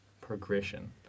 progression